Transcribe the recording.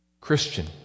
Christian